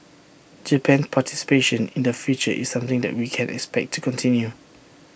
Japan's participation in the future is something that we can expect to continue